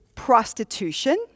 prostitution